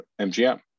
MGM